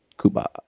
Cuba